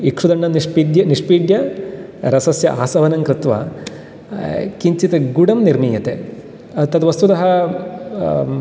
इक्षुदण्डं निष्पीड्य रसस्य आसवनङ्कृत्वा किञ्चित् गुडं निर्मियते तद्वस्तुतः